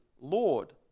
Lord